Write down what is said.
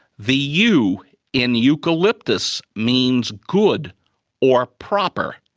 the eu in eucalyptus means good or proper,